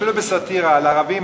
אפילו בסאטירה על ערבים,